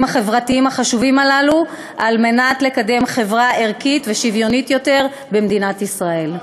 החברתיים החשובים הללו על מנת לקדם חברה ערכית ושוויונית יותר במדינת ישראל.